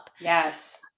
Yes